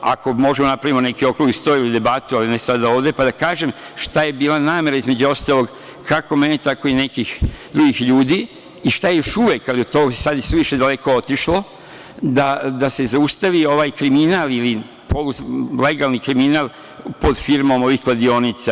Ako možemo da napravimo neki okrugli sto ili debatu, ali ne sada ovde, pa da kažem šta je bila namera, između ostalog, kako mene, tako i nekih drugih ljudi i šta još uvek, ali to je sad isuviše daleko otišlo, da se zaustavi ovaj kriminal ili polulegalni kriminal pod firmom ovih kladionica.